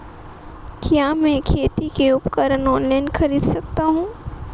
क्या मैं खेती के उपकरण ऑनलाइन खरीद सकता हूँ?